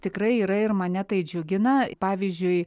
tikrai yra ir mane tai džiugina pavyzdžiui